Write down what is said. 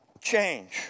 change